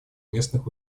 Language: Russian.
местных